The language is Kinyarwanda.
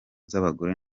z’abagore